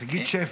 תגיד שפים.